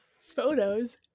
photos